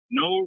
no